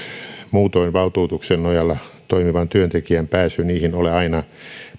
muutoin valtuutuksen nojalla toimivan työntekijän pääsy niihin ole aina